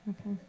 Okay